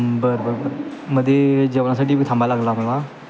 बरं बरं बरं मध्ये जेवणासाठीही थांबाय लागेल आम्हाला